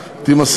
שנתיים.